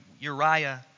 Uriah